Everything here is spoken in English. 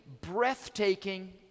breathtaking